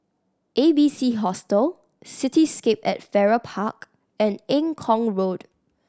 A B C Hostel Cityscape at Farrer Park and Eng Kong Road